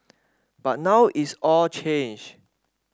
but now it's all changed